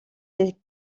des